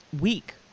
week